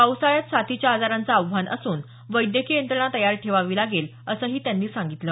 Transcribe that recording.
पावसाळ्यात साथीच्या आजारांचं आव्हान असून वैद्यकीय यंत्रणा तयार ठेवावी लागेल असंही त्यांनी सांगितलं